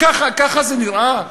ככה זה נראה?